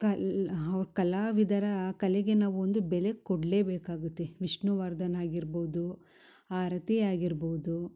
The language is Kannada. ಕಲ್ ಅವ್ರ್ ಕಲಾವಿದರ ಕಲೆಗೆ ನಾವೊಂದು ಬೆಲೆ ಕೊಡಲೇ ಬೇಕಾಗುತ್ತೆ ವಿಷ್ಣುವರ್ಧನ್ ಆಗಿರ್ಬೌದು ಆರತಿ ಆಗಿರ್ಬೌದು